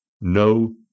no